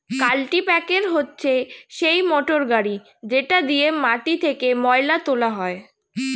কাল্টিপ্যাকের হচ্ছে সেই মোটর গাড়ি যেটা দিয়ে মাটি থেকে ময়লা তোলা হয়